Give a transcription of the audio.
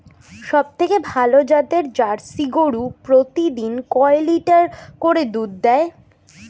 সবথেকে ভালো জাতের জার্সি গরু প্রতিদিন কয় লিটার করে দুধ দেয়?